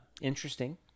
interesting